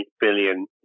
billion